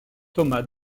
thomas